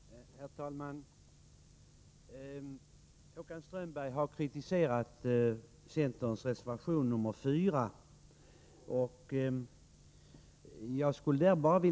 Herr talman! Håkan Strömberg har kritiserat centerns reservation nr 4.